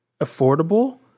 affordable